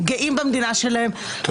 את מעודדת --- אבל אי-אפשר להתעלם מהנאמר.